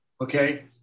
Okay